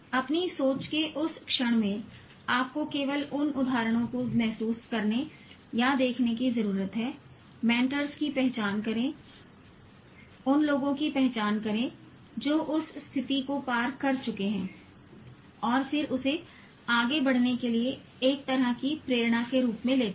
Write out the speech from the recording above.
अपनी सोच के उस क्षण में आपको केवल उदाहरणों को महसूस करने या देखने की जरूरत है मेंटर्स की पहचान करें उन लोगों की पहचान करें जो उस स्थिति को पार कर चुके हैं और फिर उसे आगे बढ़ने के लिए एक तरह की प्रेरणा के रूप में लेते हैं